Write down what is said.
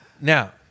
now